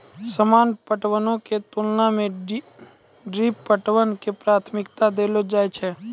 सामान्य पटवनो के तुलना मे ड्रिप पटवन के प्राथमिकता देलो जाय छै